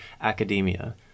academia